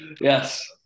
Yes